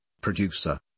producer